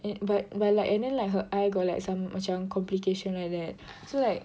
but but like and then like her eye got like some macam complications like that so like